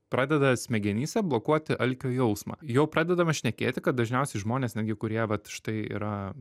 pradeda smegenyse blokuoti alkio jausmą jau pradedame šnekėti kad dažniausiai žmonės netgi kurie vat štai yra